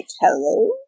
hello